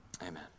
Amen